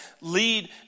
lead